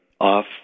off